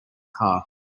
car